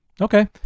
Okay